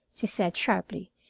she said sharply.